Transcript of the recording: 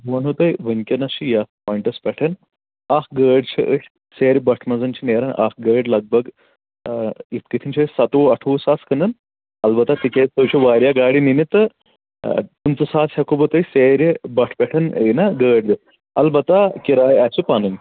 بہٕ ونو تۄہہِ وٕنۍکٮ۪نَس چھِ یَتھ پوینٛٹَس پٮ۪ٹھ اَکھ گٲڑۍ چھِ أسۍ سیرِ بٹھٕ منٛز چھِ نیران اکھ گٲڑۍ لگ بگ یِتھ کٲتھۍ چھِ أسۍ سَتووُہ اَٹھووُہ ساس کٕنان البتہ تِکیٛازِ تُہۍ چھُو واریاہ گاڑِ نِنہِ تہٕ پٕنٛژٕ ساس ہٮ۪کو بہٕ تۄہہِ سیرِ بٹھٕ پٮ۪ٹھ یہِ نا گٲڑۍ دِتھ البتہ کِراے آسِو پَنٕنۍ